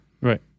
Right